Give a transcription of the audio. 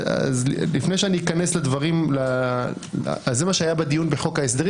לפני שאכנס לדברים זה מה שהיה בדיון בחוק ההסדרים